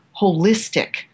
holistic